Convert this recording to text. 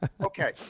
Okay